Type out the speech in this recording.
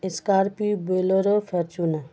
scorpio bolero Fortuner